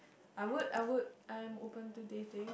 I would I would I'm open to dating